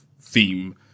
theme